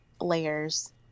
layers